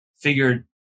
figured